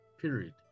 period